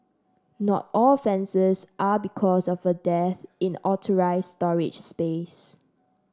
not all offences are because of a dearth in authorised storage space